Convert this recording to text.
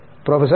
professor B